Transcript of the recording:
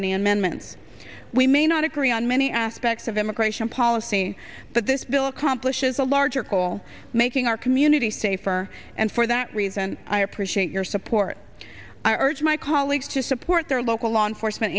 any amendments we may not agree on many aspects of immigration policy but this bill accomplishes a larger call making our community safer and for that reason i appreciate your support i urge my colleagues to support their local law enforcement